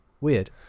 Weird